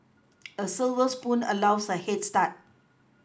a silver spoon allows a head start